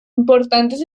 importantes